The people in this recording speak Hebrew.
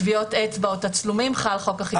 טביעות אצבע או תצלומים חלק חוק החיפוש בגוף.